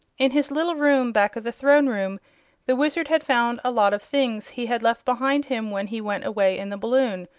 in his little room back of the throne room the wizard had found a lot of things he had left behind him when he went away in the balloon,